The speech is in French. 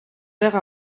verre